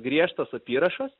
griežtas apyrašas